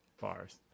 bars